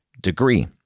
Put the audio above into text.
degree